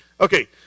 Okay